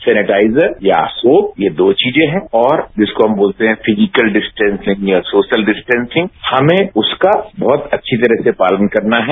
sanitiser या श्रोप ये दो चीजे हैं और जिसकों हम बोलते हैं फिजिकल डिस्टेंसिंग या सोशन डिस्टेंसिंग हमें बहुत अच्छी तरह से पालन करना है